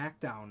SmackDown